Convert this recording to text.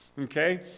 Okay